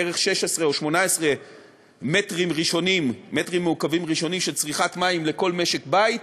בערך 16 או 18 מטרים מעוקבים ראשונים של צריכת מים לכל משק-בית.